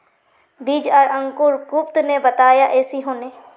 बीज आर अंकूर गुप्ता ने बताया ऐसी होनी?